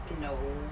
No